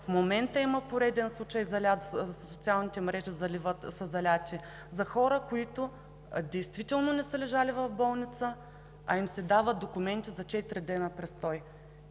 В момента има пореден случай – социалните мрежи са залети – за хора, които действително не са лежали в болница, а им се дават документи за четири дни престой.